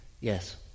Yes